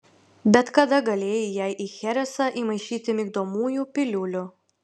bet kada galėjai jai į cheresą įmaišyti migdomųjų piliulių